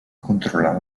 controlar